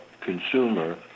consumer